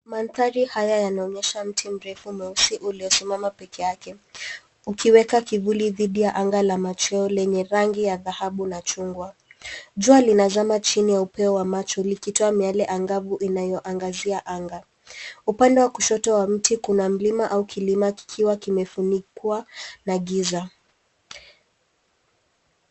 Mandhari haya yanaonyesha mti mrefu mweusi uliosimama pekee yake, ukiweka kivuli dhidi ya anga la machweo lenye rangi ya dhahabu na chungwa. Jua lina zama chini ya upeo wa macho likitoa miale angavu inayoangazia anga. Upande wa kushoto wa mti, kuna mlima au kilima kikiwa kimefunikwa na giza.